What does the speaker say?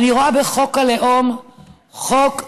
אני רואה בחוק הלאום חוק אנטי-לאום.